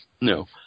no